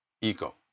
ego